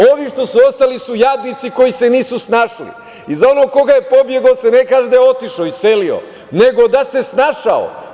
Ovi što su ostali su jadnici koji se nisu snašli, a za onoga ko je pobegao, ne kaže se da je otišao, iselio, nego da se snašao.